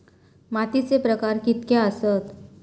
मातीचे प्रकार कितके आसत?